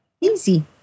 easy